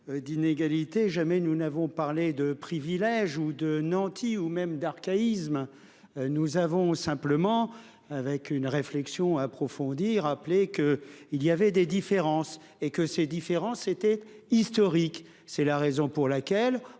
D'inégalités, jamais nous n'avons parlé de privilèges ou de nantis ou même d'archaïsme. Nous avons simplement avec une réflexion approfondie rappeler que il y avait des différences et que ces différences été historique, c'est la raison pour laquelle